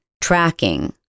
tracking